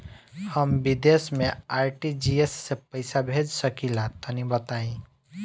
हम विदेस मे आर.टी.जी.एस से पईसा भेज सकिला तनि बताई?